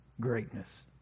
greatness